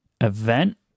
event